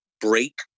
break